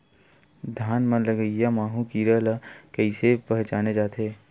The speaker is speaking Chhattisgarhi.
धान म लगईया माहु कीरा ल कइसे पहचाने जाथे?